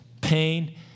pain